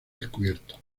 descubiertos